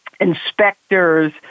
inspectors